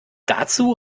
dazu